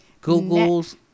google's